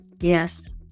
yes